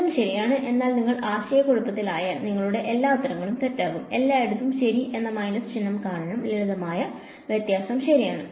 രണ്ടും ശരിയാണ് എന്നാൽ നിങ്ങൾ ആശയക്കുഴപ്പത്തിലായാൽ നിങ്ങളുടെ എല്ലാ ഉത്തരങ്ങളും തെറ്റാകും എല്ലായിടത്തും ശരി എന്ന മൈനസ് ചിഹ്നം കാരണം ലളിതമായ വ്യത്യാസം ശരിയാണ്